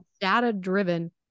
data-driven